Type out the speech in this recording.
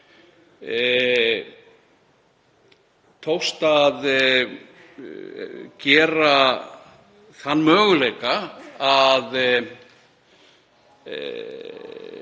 tókst að útiloka þann möguleika að